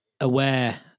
aware